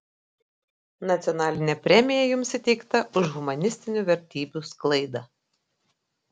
nacionalinė premija jums įteikta už humanistinių vertybių sklaidą